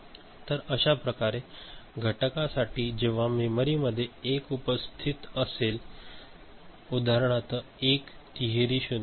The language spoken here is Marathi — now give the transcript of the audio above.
तर अशा प्रकारे घटकासाठी जेव्हा मेमरी मध्ये 1 उपस्थित असेल उदाहरणार्थ 1 तिहेरी 0